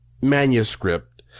manuscript